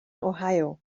ohio